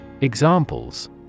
Examples